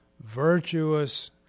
virtuous